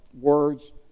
words